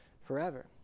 forever